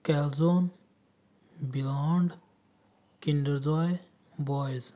calzone beyond kinder joy bois